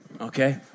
okay